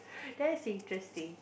that's interesting